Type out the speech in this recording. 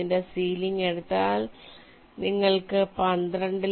ഇതിന്റെ സീലിംഗ് എടുത്താൽ നിങ്ങൾക്ക് 12